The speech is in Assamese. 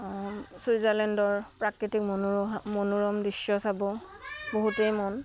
ছুইজাৰলেণ্ডৰ প্ৰাকৃতিক মনোৰহা মনোৰম দৃশ্য চাব বহুতেই মন